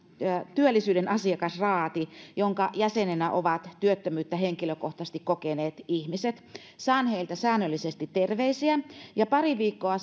työllisyyden asiakasraati jonka jäseninä ovat työttömyyttä henkilökohtaisesti kokeneet ihmiset saan heiltä säännöllisesti terveisiä ja pari viikkoa